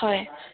হয়